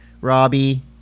Robbie